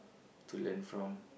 to learn from